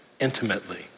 intimately